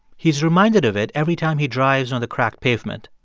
he's reminded of it every time he drives on the cracked pavement.